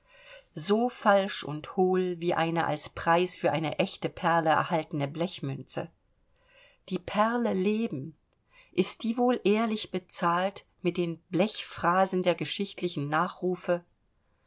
so falsch und hohl wie eine als preis für eine echte perle erhaltene blechmünze die perle leben ist die wohl ehrlich bezahlt mit den blechphrasen der geschichtlichen nachrufe